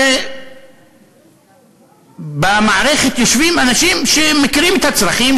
הרי במערכת יושבים אנשים שמכירים את הצרכים,